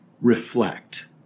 reflect